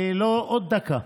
עוד דקה,